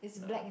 nah